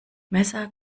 messer